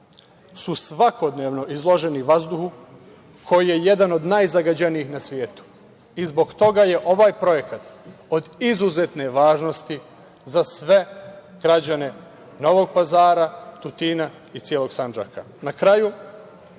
su svakodnevno izloženi vazduhu koji je jedan od najzagađenijih na svetu i zbog toga je ovaj projekat od izuzetne važnosti za sve građane Novog Pazara, Tutina i celog Sandžaka. Na